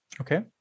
Okay